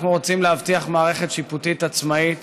אנחנו רוצים להבטיח מערכת שיפוטית עצמאית